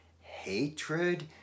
hatred